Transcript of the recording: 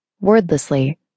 Wordlessly